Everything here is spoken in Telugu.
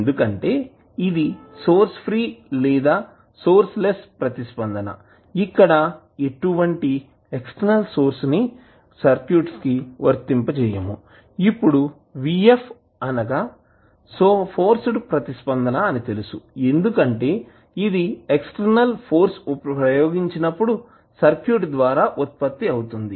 ఎందుకంటే ఇది సోర్స్ ఫ్రీ లేదాసోర్స్ లెస్ ప్రతిస్పందన ఇక్కడ ఎటువంటి ఎక్స్టర్నల్ సోర్స్ ని సర్క్యూట్ కి వర్తింపజేయము ఇప్పుడుVf అనగా ఫోర్స్డ్ ప్రతిస్పందన అని తెలుసు ఎందుకంటే ఇది ఎక్స్టర్నల్ ఫోర్స్ ప్రయోగించినప్పుడు సర్క్యూట్ ద్వారా ఉత్పత్తి అవుతుంది